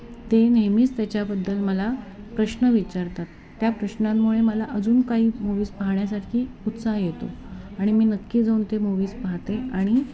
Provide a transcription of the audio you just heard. ते नेहमीच त्याच्याबद्दल मला प्रश्न विचारतात त्या प्रश्नांमुळे मला अजून काही मूव्हीज पाहण्यासाठी उत्साह येतो आणि मी नक्की जाऊन ते मूवीज पाहाते आणि